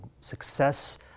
Success